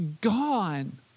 gone